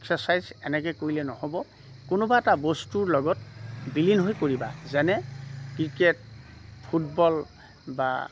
exercise এনেকে কৰিলে নহ'ব কোনোবা এটা বস্তুৰ লগত বিলীন হৈ কৰিবা যেনে ক্ৰিকেট ফুটবল বা